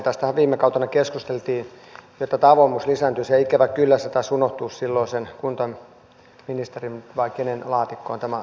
tästähän viime kautena keskusteltiin että tämä avoimuus lisääntyisi ja ikävä kyllä tämä asia taisi unohtua silloin sen kuntaministerin vai kenen laatikkoon